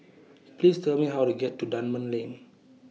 Please Tell Me How to get to Dunman Lane